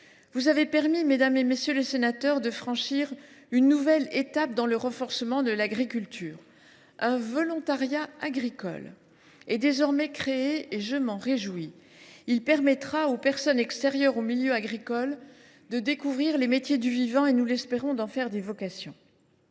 Vous avez permis, mesdames, messieurs les sénateurs, de franchir une nouvelle étape dans le renforcement de l’attractivité de l’agriculture : un volontariat agricole est désormais créé et je m’en réjouis. Il permettra aux personnes extérieures au milieu agricole de découvrir les métiers du vivant et, nous l’espérons, de susciter des vocations.